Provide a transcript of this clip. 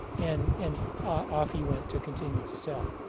and and ah off he went to continue to sell.